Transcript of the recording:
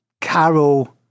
Carol